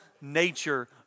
nature